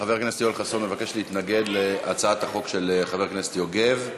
חבר הכנסת יואל חסון מבקש להתנגד להצעת החוק של חבר הכנסת יוגב.